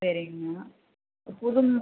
சரிங்க புதுங்